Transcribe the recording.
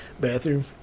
bathroom